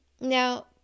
Now